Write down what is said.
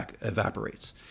evaporates